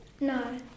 No